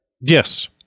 yes